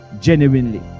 genuinely